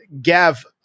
Gav